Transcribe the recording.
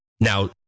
Now